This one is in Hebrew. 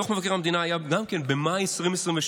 דוח מבקר המדינה היה גם במאי 2022,